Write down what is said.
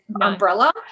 umbrella